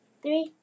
three